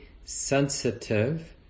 sensitive